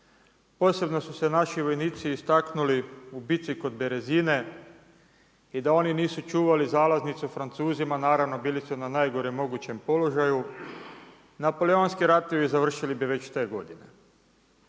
Posebno su se naši vojnici istaknuli u bici kod Berezine i da oni nisu čuvali zalaznicu Francuzima, naravno bili su na najgorem mogućem položaju, Napoleonski ratovi završili bi već te godine.